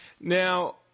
Now